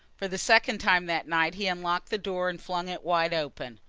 for the second time that night he unlocked the door and flung it wide open.